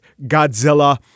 Godzilla